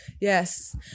Yes